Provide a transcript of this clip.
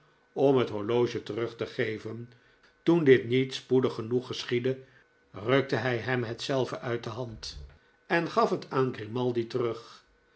om het horloge terug te geven toen dit niet spoedig genoeg geschiedde rukte hij hem hetzelve uit de hand en gaf het aan grimaldi terug